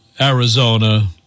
Arizona